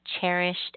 cherished